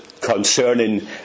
concerning